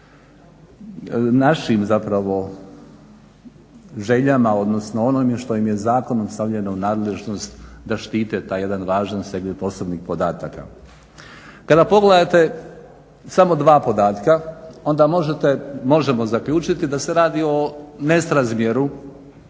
našim zapravo željama, odnosno onome što im je zakonom stavljeno u nadležnost da štite taj jedan važan segment osobnih podataka. Kada pogledate samo dva podatka, onda možemo zaključiti da se radi o nerazmjeru